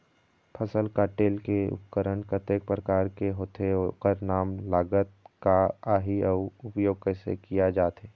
फसल कटेल के उपकरण कतेक प्रकार के होथे ओकर नाम लागत का आही अउ उपयोग कैसे किया जाथे?